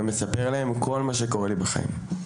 ומספר להם כל מה שקורה לי בחיים.